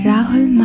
Rahul